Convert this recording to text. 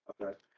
Okay